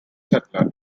settler